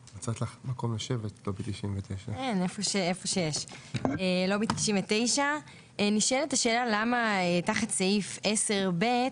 לובי 99. נשאלת השאלה למה תחת סעיף 10(ב)